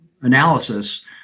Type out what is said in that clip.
analysis